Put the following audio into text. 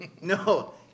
No